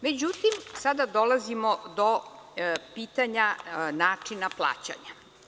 Međutim, sada dolazimo do pitanja načina plaćanja.